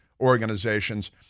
organizations